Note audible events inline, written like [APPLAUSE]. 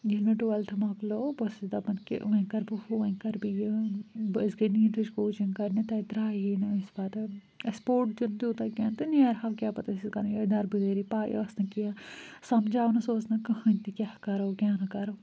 ییٚلہِ مےٚ ٹُوٮ۪لتھٕ مۄکلو بہٕ ٲسٕس دپان کہِ وۄنۍ کَرٕ بہٕ ہُہ وۄنۍ کَرٕ بہٕ یہِ [UNINTELLIGIBLE] أسۍ گٔے نیٖٹٕچ کوچِنٛگ کَرنہِ تَتہِ درٛایی نہٕ أسۍ پَتہٕ اَسہِ پوٚر تہِ نہٕ تیوٗتاہ کیٚنٛہہ تہٕ نیرٕہَو کیٛاہ پَتہٕ أسۍ ٲسۍ کَران یِہوٚے دَربٕدٔری پَے ٲس نہٕ کیٚنٛہہ سَجھاونَس اوس نہٕ کٕہیٖنۍ تہِ کیٛاہ کَرو کیٛاہ نہٕ کَرو